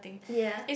ya